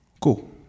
Cool